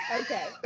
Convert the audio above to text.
okay